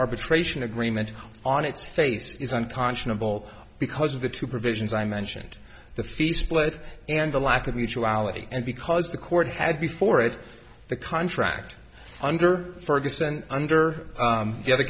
arbitration agreement on its face is unconscionable because of the two provisions i mentioned the fee split and the lack of mutuality and because the court had before it the contract under ferguson under the other